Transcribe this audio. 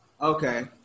Okay